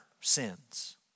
sins